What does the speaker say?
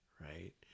right